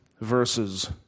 verses